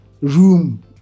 room